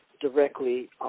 directly